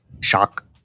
shock